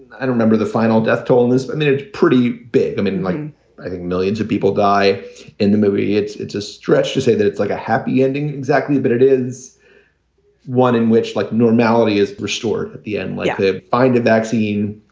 i do remember the final death toll is permitted pretty big immediately. and like i think millions of people die in the movie. it's it's a stretch to say that it's like a happy ending. exactly. but it is one in which, like normality is restored at the end, like they find a vaccine.